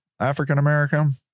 African-American